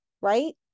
Right